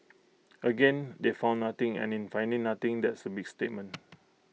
again they found nothing and in finding nothing that's A big statement